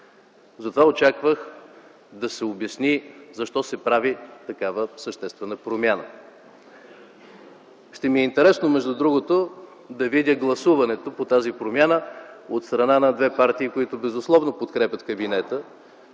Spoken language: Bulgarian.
Затова очаквах да се обясни защо се прави такава съществена промяна. Ще ми е интересно между другото да видя гласуването по тази промяна от страна на две партии, които безусловно подкрепят кабинета